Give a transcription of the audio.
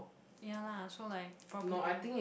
ya lah so like probably